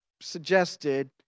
suggested